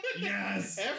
Yes